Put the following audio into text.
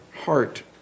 heart